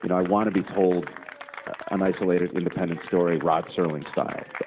you know i want to be told an isolated, independent story, rod serling style. but